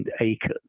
acres